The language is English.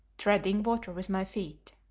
treading water with my feet.